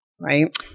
Right